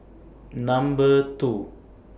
Number two